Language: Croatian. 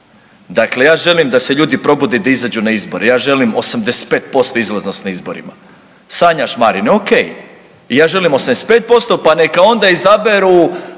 Dakle, ja želim da se ljudi probude i da izađu na izbore, ja želim 85% izlaznost na izborima. Sanjaš Marine, ok. Ja želim 85% pa neka onda izaberu